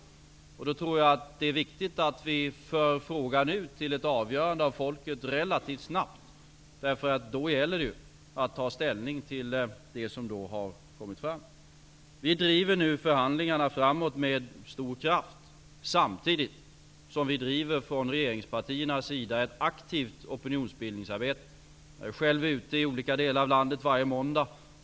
Jag tror att det då är viktigt att vi relativt snabbt för ut frågan till folket för avgörande, därför att det då gäller att ta ställning till det som har kommit fram. Vi driver nu förhandlingarna framåt med stor kraft, samtidigt som vi från regeringspartiernas sida bedriver ett aktivt opinionsbildningsarbete. Jag är själv ute i olika delar av landet varje måndag.